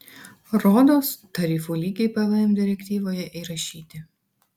rodos tarifų lygiai pvm direktyvoje įrašyti